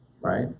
right